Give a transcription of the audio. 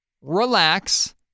relax